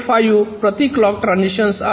5 प्रति clock transitions आहे